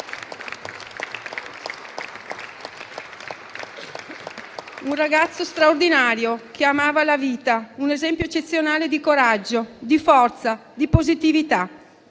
un ragazzo straordinario che amava la vita, un esempio eccezionale di coraggio, forza e positività.